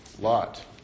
Lot